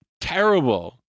terrible